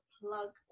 plug